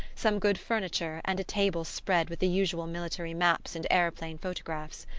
some good furniture and a table spread with the usual military maps and aeroplane-photographs.